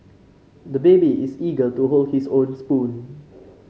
the baby is eager to hold his own spoon